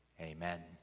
Amen